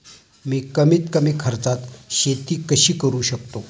मी कमीत कमी खर्चात शेती कशी करू शकतो?